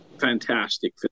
fantastic